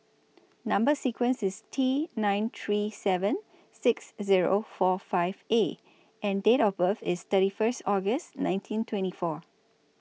Number sequence IS T nine three seven six Zero four five A and Date of birth IS thirty First August nineteen twenty four